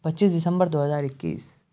پچیس دسمبر دو ہزار اکیس